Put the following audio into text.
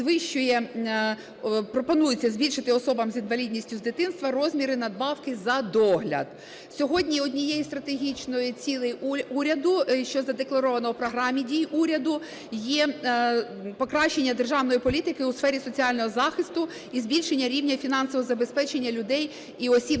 пропонується збільшити особам з інвалідністю з дитинства розміри надбавки за догляд. Сьогодні однією зі стратегічних цілей уряду, що задекларовано в Програмі дій уряду, є покращення державної політики у сфері соціального захисту і збільшення рівня фінансового забезпечення людей і осіб